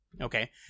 Okay